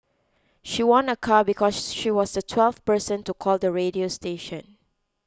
she won a car because she was the twelfth person to call the radio station